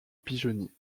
pigeonnier